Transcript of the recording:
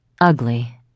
ugly